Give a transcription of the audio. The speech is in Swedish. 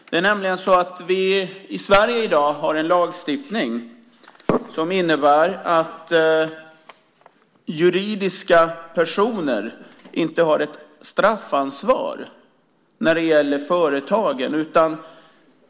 Det är nämligen så att vi i Sverige i dag har en lagstiftning som innebär att juridiska personer inte har ett straffansvar när det gäller företagen.